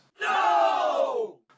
No